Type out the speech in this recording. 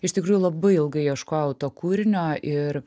iš tikrųjų labai ilgai ieškojau to kūrinio ir